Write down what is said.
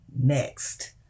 next